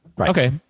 Okay